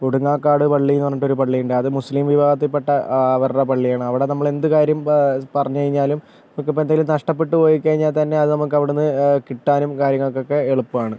കൊടുങ്ങാക്കാട് പള്ളി എന്ന് പറഞ്ഞിട്ട് ഒരു പള്ളി ഉണ്ട് അത് മുസ്ലിം വിഭാഗത്തിൽപ്പെട്ട ആ അവരുടെ പള്ളിയാണ് അവിടെ നമ്മള് എന്ത് കാര്യം പറഞ്ഞ് കഴിഞ്ഞാലും ഇപ്പോൾ നമുക്ക് എന്തെങ്കിലും നഷ്ടപ്പെട്ടുപോയി കഴിഞ്ഞാൽ തന്നെ നമുക്ക് അവിടന്ന് കിട്ടാനും കാര്യങ്ങളും ഒക്കെ എളുപ്പമാണ്